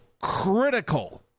critical